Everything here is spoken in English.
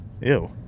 Ew